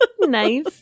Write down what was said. Nice